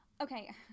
okay